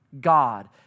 God